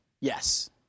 Yes